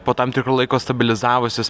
po tam tikro laiko stabilizavusis